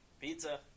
Pizza